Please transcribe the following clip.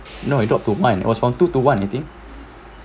no it dropped to one was from two to one I think